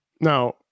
Now